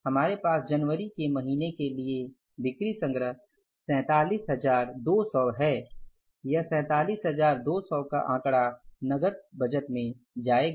हमारे पास जनवरी के महीने के लिए बिक्री संग्रह 47200 है यह 47200 का आंकड़ा नकद बजट में जाएगा